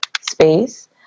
space